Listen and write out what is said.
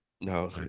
No